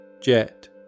Jet